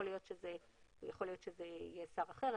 יכול להיות שיהיה שר אחר.